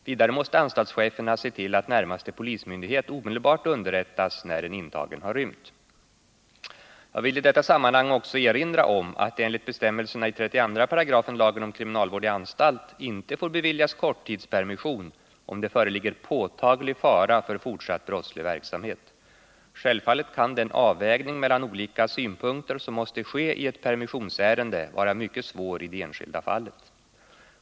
Vidare måste anstaltscheferna se till att närmaste polismyndighet omedelbart underättas, när en intagen har rymt. Jag vill i detta sammanhang också erinra om att det enligt bestämmelserna i 32 § lagen om kriminalvård i anstalt inte får beviljas korttidspermission, om det föreligger påtaglig fara för fortsatt brottslig verksamhet. Självfallet kan den avvägning mellan olika synpunkter som måste ske i ett permissionsären de vara mycket svår i det enskilda fallet.